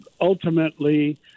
ultimately